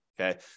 okay